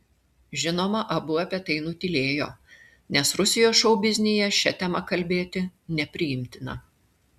žinoma abu apie tai nutylėjo nes rusijos šou biznyje šia tema kalbėti nepriimtina